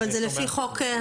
אבל זה לפי חוק הצהרונים.